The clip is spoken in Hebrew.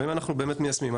האם אנחנו באמת מיישמים.